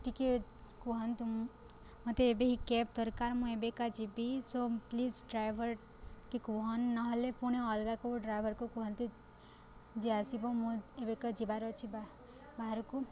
ଟିକିଏ କୁହନ୍ତୁ ମତେ ଏବେ ହିଁ କ୍ୟାବ୍ ଦରକାର ମୁଁ ଏବେକା ଯିବି ସୋ ପ୍ଲିଜ୍ ଡ୍ରାଇଭର୍ କେ କୁହନ୍ ନହେଲେ ପୁଣି ଅଲଗା କଉ ଡ୍ରାଇଭର୍କୁ କୁହନ୍ତ ଯିଏ ଆସିବ ମୁଁ ଏବେକା ଯିବାର ଅଛି ବା ବାହାରକୁ